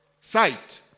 Sight